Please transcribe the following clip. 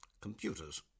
Computers